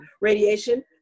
radiation